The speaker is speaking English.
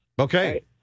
Okay